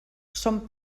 són